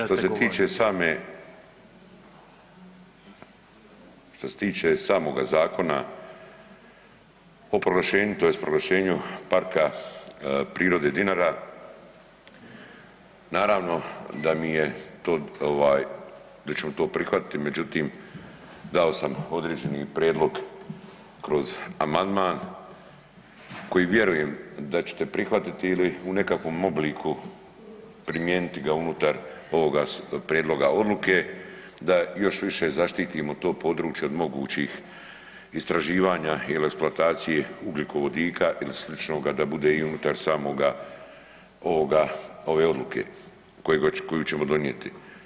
Što se tiče same, što se tiče samoga Zakona o proglašenju tj. proglašenju PP Dinara naravno da mi je to ovaj da ćemo to prihvatiti, međutim dao sam određeni prijedlog kroz amandman koji vjerujem da ćete prihvatiti ili u nekakvom obliku primijeniti ga unutar ovoga prijedloga odluke da još više zaštitimo to područje od mogućih istraživanja i eksploatacije ugljikovodika ili sličnoga da bude i unutar samoga ovoga, ove odluke koju ćemo donijeti.